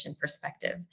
perspective